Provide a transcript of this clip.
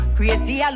Crazy